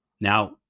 Now